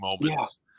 moments